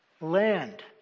Land